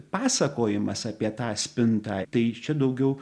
pasakojimas apie tą spintą tai čia daugiau